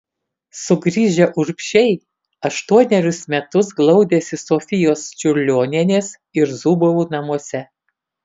sugrįžę urbšiai aštuonerius metus glaudėsi sofijos čiurlionienės ir zubovų namuose